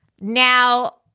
Now